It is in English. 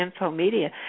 InfoMedia